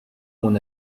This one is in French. mon